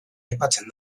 aipatzen